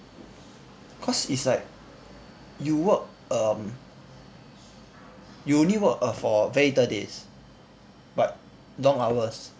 cause it's like you work um you only work err for very little days but long hours